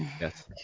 Yes